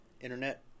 internet